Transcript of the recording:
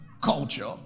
culture